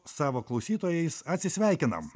savo klausytojais atsisveikinam